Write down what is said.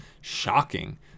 shocking